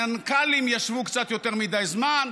המנכ"לים ישבו קצת יותר מדי זמן,